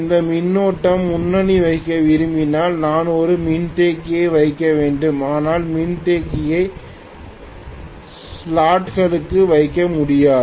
இந்த மின்னோட்டம் முன்னணி வகிக்க விரும்பினால் நான் ஒரு மின்தேக்கியை வைக்க வேண்டும் ஆனால் மின்தேக்கியை ஸ்லாட்களுக்குள் வைக்க முடியாது